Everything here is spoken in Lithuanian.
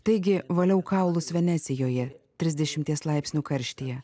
taigi valiau kaulus venecijoje trisdešimties laipsnių karštyje